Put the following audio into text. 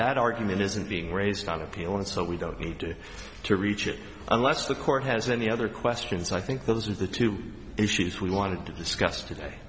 that argument isn't being raised on appeal and so we don't need to reach it unless the court has any other questions i think those are the two issues we wanted to discuss